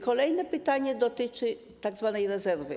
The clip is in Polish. Kolejne pytanie dotyczy tzw. rezerwy.